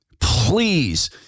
Please